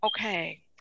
okay